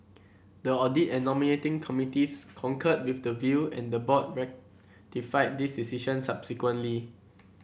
the audit and nominating committees concurred with the view and the board ratified this decision subsequently